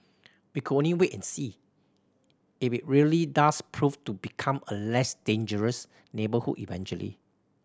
we can only wait and see if it really does prove to become a less dangerous neighbourhood eventually